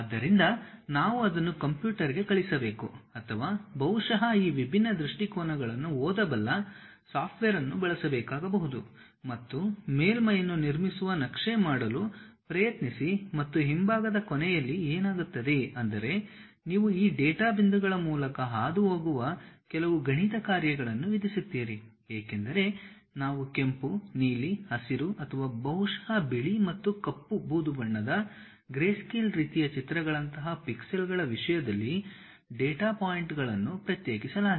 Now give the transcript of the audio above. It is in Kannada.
ಆದ್ದರಿಂದ ನಾವು ಅದನ್ನು ಕಂಪ್ಯೂಟರ್ಗೆ ಕಳಿಸಬೇಕು ಅಥವಾ ಬಹುಶಃ ಈ ವಿಭಿನ್ನ ದೃಷ್ಟಿಕೋನಗಳನ್ನು ಓದಬಲ್ಲ ಸಾಫ್ಟ್ವೇರ್ ಅನ್ನು ಬಳಸಬೇಕಾಗಬಹುದು ಮತ್ತು ಮೇಲ್ಮೈಯನ್ನು ನಿರ್ಮಿಸುವ ನಕ್ಷೆ ಮಾಡಲು ಪ್ರಯತ್ನಿಸಿ ಮತ್ತು ಹಿಂಭಾಗದ ಕೊನೆಯಲ್ಲಿ ಏನಾಗುತ್ತದೆ ಅಂದರೆ ನೀವು ಈ ಡೇಟಾ ಬಿಂದುಗಳ ಮೂಲಕ ಹಾದುಹೋಗುವ ಕೆಲವು ಗಣಿತ ಕಾರ್ಯಗಳನ್ನು ವಿಧಿಸುತ್ತೀರಿ ಏಕೆಂದರೆ ನಾವು ಕೆಂಪು ನೀಲಿ ಹಸಿರು ಅಥವಾ ಬಹುಶಃ ಬಿಳಿ ಮತ್ತು ಕಪ್ಪು ಬೂದುಬಣ್ಣದ ಗ್ರೇಸ್ಕೇಲ್ ರೀತಿಯ ಚಿತ್ರಗಳಂತಹ ಪಿಕ್ಸೆಲ್ಗಳ ವಿಷಯದಲ್ಲಿ ಡೇಟಾ ಪಾಯಿಂಟ್ಗಳನ್ನು ಪ್ರತ್ಯೇಕಿಸಲಾಗಿದೆ